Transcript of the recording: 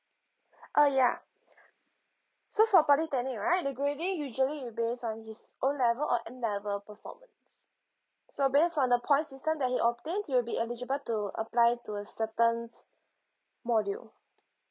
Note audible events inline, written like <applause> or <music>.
<breath> uh ya <breath> so for polytechnic right the grading usually it'll base on his O level or N level performance so based on the point system that he obtained he'll be eligible to apply to a certain s~ module